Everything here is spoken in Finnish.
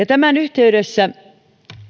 tämän yhteydessä